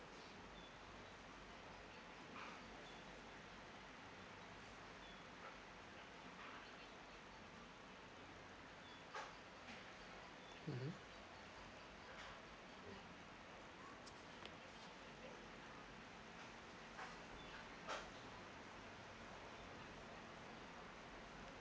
mmhmm